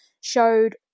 showed